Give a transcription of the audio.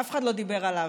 אף אחד לא דיבר עליו.